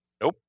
Nope